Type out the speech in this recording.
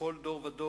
בכל דור ודור,